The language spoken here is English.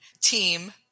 team